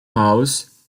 house